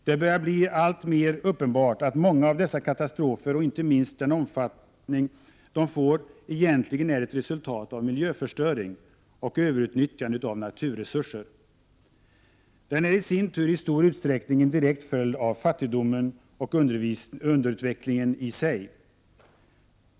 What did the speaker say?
Det börjar bli alltmer uppenbart att många av dessa katastrofer, och inte minst den omfattning de får, egentligen är ett resultat av miljöförstöring och överutnyttjande av naturresurser. Detta är i sin tur i stor utsträckning en direkt följd av fattigdomen och underutvecklingen i sig.